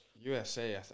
usa